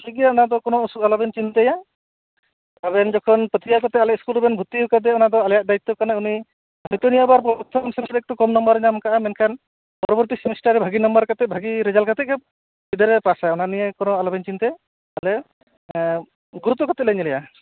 ᱴᱷᱤᱠ ᱜᱮᱭᱟ ᱚᱱᱟ ᱫᱚ ᱠᱚᱱᱳ ᱚᱥᱩ ᱟᱞᱚᱵᱮᱱ ᱪᱤᱱᱛᱟᱹᱭᱩᱟ ᱟᱵᱮᱱ ᱡᱚᱠᱷᱚᱱ ᱯᱟᱹᱛᱭᱟᱹᱣ ᱠᱟᱛᱮ ᱟᱞᱮ ᱤᱥᱠᱩᱞ ᱨᱮᱵᱮᱱ ᱵᱷᱚᱨᱛᱤ ᱟᱠᱟᱫᱮᱭᱟ ᱚᱱᱟ ᱫᱚ ᱟᱞᱮᱭᱟᱜ ᱫᱟᱹᱭᱤᱛᱚ ᱠᱟᱱᱟ ᱩᱱᱤ ᱦᱳᱭ ᱛᱚ ᱱᱤᱭᱟᱹ ᱵᱟᱨ ᱯᱚᱨᱛᱷᱚᱢ ᱥᱤᱢᱤᱥᱴᱟᱨ ᱨᱮ ᱠᱚᱢ ᱱᱟᱢᱵᱟᱨᱮ ᱧᱟᱢ ᱟᱠᱟᱜᱼᱟ ᱢᱮᱱᱠᱷᱟᱱ ᱯᱚᱨᱚ ᱵᱚᱨᱛᱤ ᱥᱤᱢᱤᱥᱴᱟᱨ ᱨᱮ ᱵᱷᱟᱜᱮ ᱱᱟᱢᱵᱟᱨ ᱠᱟᱛᱮ ᱵᱷᱟᱜᱮ ᱨᱮᱡᱟᱞᱴ ᱠᱟᱛᱮ ᱜᱮ ᱜᱤᱫᱟᱹᱨᱮ ᱯᱟᱥᱟ ᱚᱱᱟ ᱱᱤᱭᱟᱹ ᱠᱚᱱᱳ ᱟᱞᱚᱵᱮᱱ ᱪᱤᱱᱛᱟᱹᱭᱟ ᱟᱞᱮ ᱜᱩᱨᱩᱛᱚ ᱠᱟᱛᱮ ᱞᱮ ᱧᱮᱞᱮᱭᱟ